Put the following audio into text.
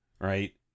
Right